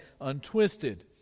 Untwisted